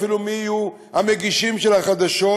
אפילו מי יהיו המגישים של החדשות,